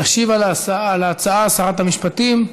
תשיב על ההצעה שרת המשפטים.